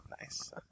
Nice